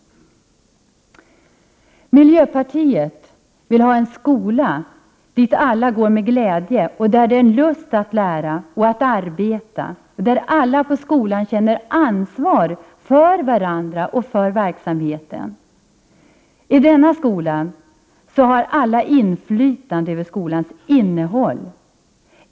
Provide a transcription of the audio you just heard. Miljöpartiet vill ha en skola dit alla går med glädje, där det är en lust att lära och att arbeta och där alla känner ansvar för varandra och för verksamheten. I denna skola har alla inflytande över skolans innehåll.